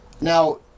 now